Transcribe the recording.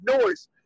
noise